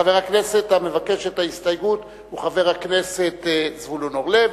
חבר הכנסת המבקש את ההסתייגות הוא חבר הכנסת זבולון אורלב,